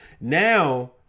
Now